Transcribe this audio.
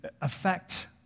affect